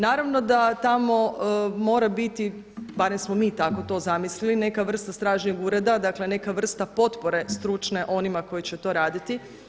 Naravno da tamo mora biti barem smo mi tako to zamislili neka vrsta stražnjeg ureda, dakle neka vrsta potpore stručne onima koji će to raditi.